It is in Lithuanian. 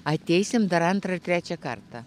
ateisim dar antrą ir trečią kartą